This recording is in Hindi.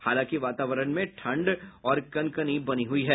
हालांकि वातावरण में ठंड और कनकनी बनी हई है